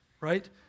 right